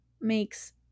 makes